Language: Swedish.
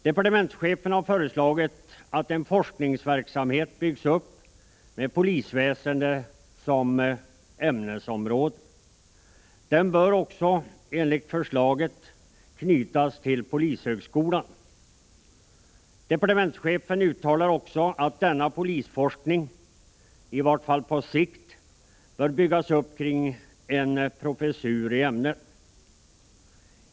Departementschefen har föreslagit att en forskningsverksamhet byggs upp med polisväsendet som ämnesområde. Den bör enligt förslaget också knytas till polishögskolan. Departementschefen uttalar också att denna polisforskning — i varje fall på sikt — bör byggas upp kring en professur i ämnet.